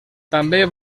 també